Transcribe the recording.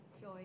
joy